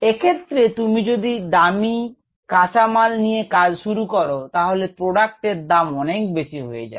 এক্ষেত্রে তুমি যদি একটি দামী কাঁচামাল নিয়ে কাজ শুরু করো তাহলে প্রোডাক্ট এর দাম অনেক বেশি হয়ে যাবে